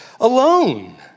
alone